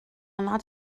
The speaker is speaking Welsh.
nad